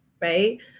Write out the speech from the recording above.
right